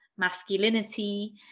masculinity